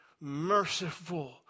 merciful